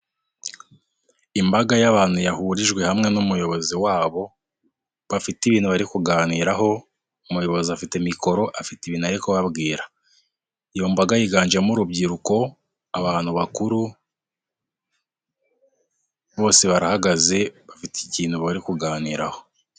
Imbaga y'abantu yahurijwe hamwe n'umuyobozi wabo, bafite ibintu bari kuganiraho, umuyobozi afite mikoro afite ibintu ari kubabwira, iyo mbaga yiganjemo urubyiruko, abantu bakuru, bose barahagaze bafite ikintu bari kuganiraho.